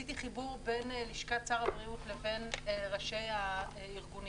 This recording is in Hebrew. עשינו חיבור בין לשכת שר הבריאות לבין ראשי הארגונים.